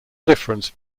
difference